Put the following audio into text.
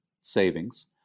savings